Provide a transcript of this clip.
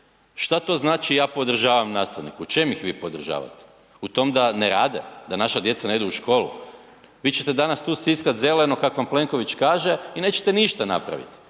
Što to znači ja podržavan nastavnike? U čemu ih vi podržavate? U tom da ne rade? Da naša djeca ne idu u školu? Vi ćete danas tu stiskati zeleno kako vam Plenković kaže i nećete ništa napraviti.